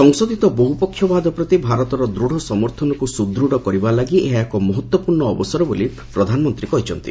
ସଂଶୋଧିତ ବହୁପକ୍ଷବାଦ ପ୍ରତି ଭାରତର ଦୃଢ଼ ସମର୍ଥନକୁ ସୁଦୃଢ଼ କରିବା ଲାଗି ଏହା ଏକ ମହତ୍ୱପୂର୍ଣ୍ଣ ଅବସର ବୋଲି ପ୍ରଧାନମନ୍ତ୍ରୀ କହିଛନ୍ତି